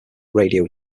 radio